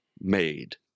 made